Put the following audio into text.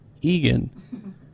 Egan